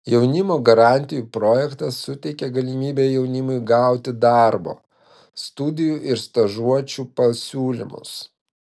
jaunimo garantijų projektas suteikia galimybę jaunimui gauti darbo studijų ir stažuočių pasiūlymus